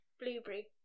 Blueberry